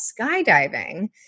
skydiving